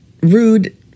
rude